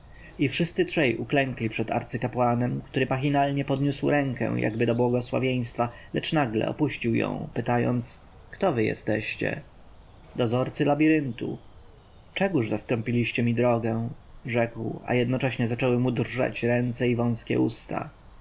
i wszyscy trzej uklękli przed arcykapłanem który machinalnie podniósł rękę jakby do błogosławieństwa lecz nagle opuścił ją pytając kto wy jesteście dozorcy labiryntu czegóż zastąpiliście mi drogę rzekł a jednocześnie zaczęły mu drżeć ręce i wąskie usta